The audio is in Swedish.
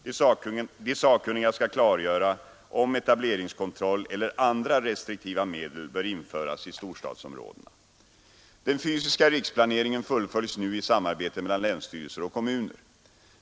De sakkunniga skall klargöra om etableringskontroll eller andra restriktiva medel bör införas i storstadsområdena. Den fysiska riksplaneringen fullföljs nu i samarbete mellan länsstyrelser och kommuner.